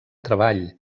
treball